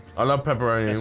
i love pepperoni